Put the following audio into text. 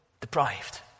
deprived